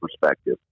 perspective